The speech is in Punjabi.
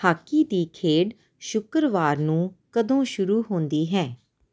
ਹਾਕੀ ਦੀ ਖੇਡ ਸ਼ੁੱਕਰਵਾਰ ਨੂੰ ਕਦੋਂ ਸ਼ੁਰੂ ਹੁੰਦੀ ਹੈ